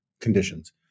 conditions